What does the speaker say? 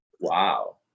Wow